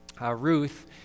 Ruth